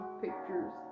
pictures